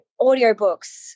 audiobooks